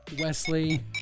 Wesley